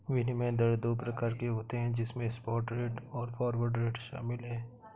विनिमय दर दो प्रकार के होते है जिसमे स्पॉट रेट और फॉरवर्ड रेट शामिल है